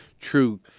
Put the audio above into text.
true